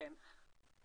כן.